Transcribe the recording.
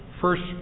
First